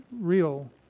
real